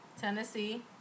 Tennessee